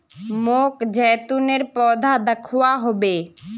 मोक जैतूनेर पौधा दखवा ह बे